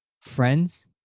Friends